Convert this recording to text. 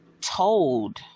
told